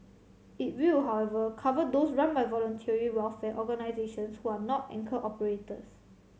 it will however cover those run by voluntary welfare organisations who are not anchor operator